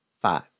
five